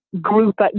group